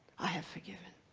i have forgiven,